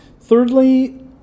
Thirdly